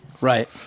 Right